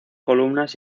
columnas